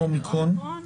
אומיקרון,